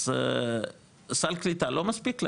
אז סל הקליטה לא מספיק להם,